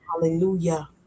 Hallelujah